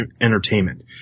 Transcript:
entertainment